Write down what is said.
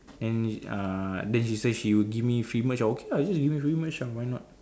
and uh then she say she would give me free merch ah okay lah you just give me free merch ya why not